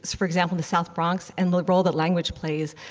for example, the south bronx, and the role that language plays,